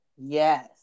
Yes